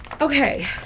Okay